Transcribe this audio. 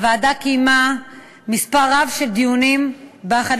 הוועדה קיימה מספר רב של דיונים בהכנת